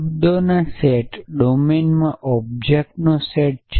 શબ્દનો સેટ ડોમેનમાં ઑબ્જેક્ટનો સેટ છે